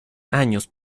años